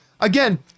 again